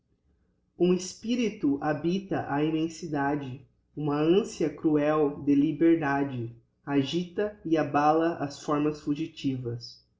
um espirito habita a immensidade uma ancia cruel de liberdade agita e abala as formas fugitivas